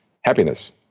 happiness